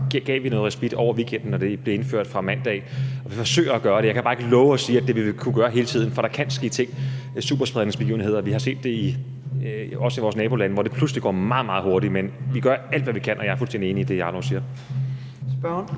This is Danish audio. gang gav vi noget respit over weekenden, og det blev indført fra om mandagen. Vi forsøger at gøre det. Jeg kan bare ikke love det og sige, at det vil vi kunne gøre hele tiden, for der kan ske ting. Det kan være superspredningsbegivenheder. Vi har set det også i vores nabolande, hvor det pludselig går meget, meget hurtigt; men vi gør alt, hvad vi kan, og jeg er fuldstændig enig i det, hr. Jarlov siger. Kl.